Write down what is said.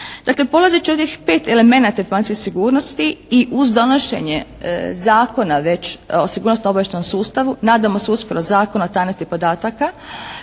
Dakle, polazeći od ovih 5 elemenata informacijske sigurnosti i uz donošenje zakona već o sigurnosno-obavještajnom sustavu nadamo se uskoro Zakonu o tajnosti podataka